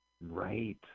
Right